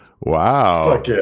Wow